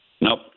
Nope